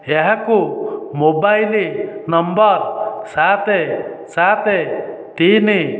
ଏହାକୁ mobile number ସାତ ସାତ ତିନି